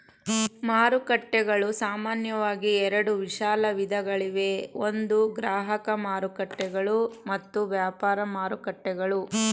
ಮಾರುಕಟ್ಟೆಗಳು ಸಾಮಾನ್ಯವಾಗಿ ಎರಡು ವಿಶಾಲ ವಿಧಗಳಿವೆ ಒಂದು ಗ್ರಾಹಕ ಮಾರುಕಟ್ಟೆಗಳು ಮತ್ತು ವ್ಯಾಪಾರ ಮಾರುಕಟ್ಟೆಗಳು